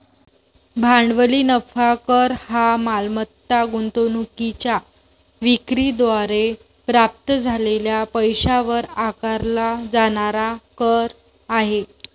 भांडवली नफा कर हा मालमत्ता गुंतवणूकीच्या विक्री द्वारे प्राप्त झालेल्या पैशावर आकारला जाणारा कर आहे